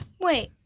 Wait